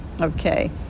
Okay